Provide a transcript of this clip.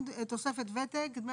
אז מוסיפים את תוספת הוותק בתוך החישוב.